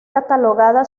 catalogada